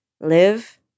live